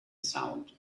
sound